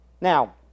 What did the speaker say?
now